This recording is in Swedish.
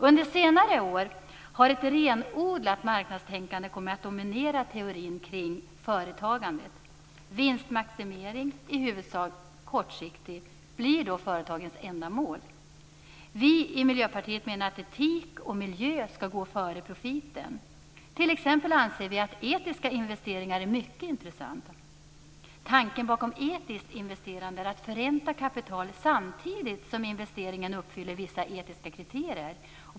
Under senare år har ett renodlat marknadstänkande kommit att dominera teorin kring företagandet. Vinstmaximering, i huvudsak kortsiktig, blir då företagens enda mål. Vi i Miljöpartiet menar att etik och miljö skall gå före profiten. Vi anser t.ex. att etiska investeringar är mycket intressanta. Tanken bakom etiskt investerande är att förränta kapital, samtidigt som investeringen uppfyller vissa etiska kriterier.